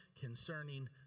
concerning